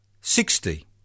sixty